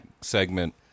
segment